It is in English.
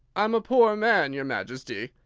i'm a poor man, your majesty,